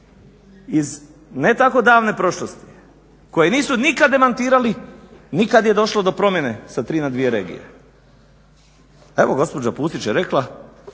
iz ne tako davne prošlosti koje nisu nikada demantirali ni kada je došlo do promjene sa tri na dvije regije. Evo gospođa Pusić je rekla